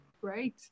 Great